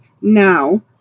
now